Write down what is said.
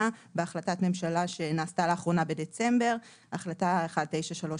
בהחלטת ממשלה שנעשתה לאחרונה בדצמבר החלטה1931,